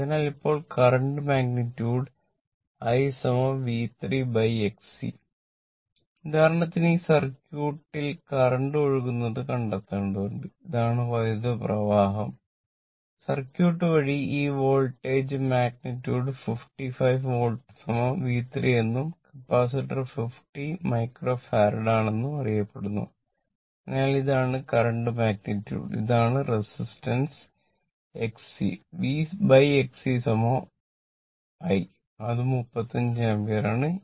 അതിനാൽ ഇപ്പോൾ current magnitude I V3X e ഉദാഹരണത്തിന് ഈ സർക്യൂട്ടിൽ കറന്റ് ഒഴുകുന്നത് കണ്ടെത്തേണ്ടതുണ്ട് ഇതാണ് വൈദ്യുത പ്രവാഹം സർക്യൂട്ട് വഴി ഈ വോൾട്ടേജ് മാഗ്നിറ്റ്യൂഡ് ഇതാണ് resistance X c V x c I അത് 35 അമ്പയർ ആണ്